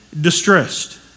distressed